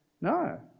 No